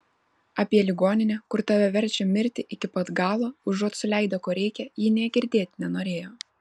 apie ligoninę kur tave verčia mirti iki pat galo užuot suleidę ko reikia ji nė girdėt nenorėjo